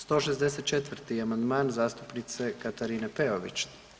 164. amandman zastupnice Katarine Peović.